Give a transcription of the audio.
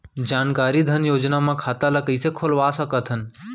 जानकारी धन योजना म खाता ल कइसे खोलवा सकथन?